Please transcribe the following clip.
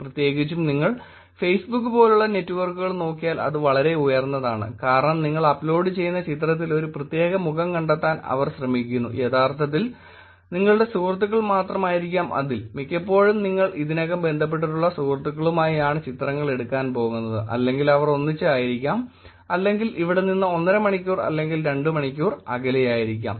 പ്രത്യേകിച്ചും നിങ്ങൾ ഫേസ്ബുക്ക് പോലുള്ള നെറ്റ്വർക്കുകൾ നോക്കിയാൽ അത് വളരെ ഉയർന്നതാണ് കാരണം നിങ്ങൾ അപ്ലോഡുചെയ്യുന്ന ചിത്രത്തിൽ ഒരു പ്രത്യേക മുഖം കണ്ടെത്താൻ അവർ ശ്രമിക്കുന്നു യഥാർത്ഥത്തിൽ നിങ്ങളുടെ സുഹൃത്തുക്കൾ മാത്രമായിരിക്കാം അതിൽ മിക്കപ്പോഴും നിങ്ങൾ ഇതിനകം ബന്ധപ്പെട്ടിട്ടുള്ള സുഹൃത്തുക്കളുമായി ആണ് ചിത്രങ്ങൾ എടുക്കാൻ പോകുന്നത് അല്ലെങ്കിൽ അവർ ഒന്നിച്ച് ആയിരിക്കാം അല്ലെങ്കിൽ ഇവിടെ നിന്ന് ഒന്നര മണിക്കൂർ അല്ലെങ്കിൽ രണ്ട് മണിക്കൂർ അകലെയായിരിക്കാം